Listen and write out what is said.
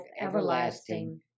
everlasting